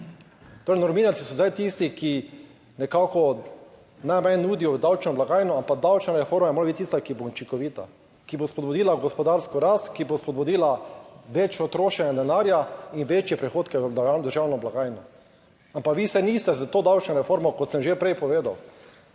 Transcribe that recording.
Torej normiranci so zdaj tisti, ki nekako najmanj nudijo v davčno blagajno, ampak davčna reforma more biti tista, ki bo učinkovita, ki bo spodbudila gospodarsko rast, ki bo spodbudila večje trošenje denarja in večje prihodke v državno blagajno. Ampak vi se niste s to davčno reformo, kot sem že prej povedal,